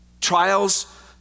Trials